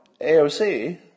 AOC